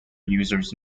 users